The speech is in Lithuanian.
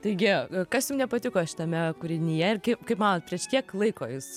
taigi kas jums nepatiko šitame kūrinyje ir kaip manot prieš kiek laiko jis